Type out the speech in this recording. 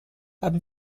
haben